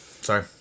Sorry